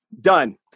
Done